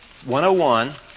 101